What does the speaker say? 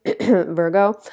Virgo